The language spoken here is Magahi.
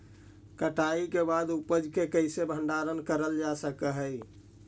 कटाई के बाद उपज के कईसे भंडारण करल जा सक हई?